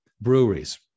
breweries